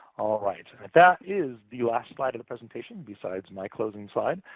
all right. and that is the last slide of the presentation besides my closing slide.